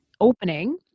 opening